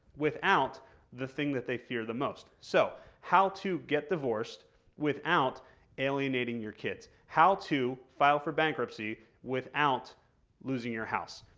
without the thing that they fear the most. so, how to get divorced without alienating your kids. how to file for bankruptcy without losing your house.